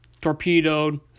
torpedoed